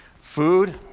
food